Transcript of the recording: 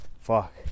Fuck